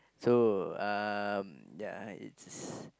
so um ya it's